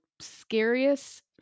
scariest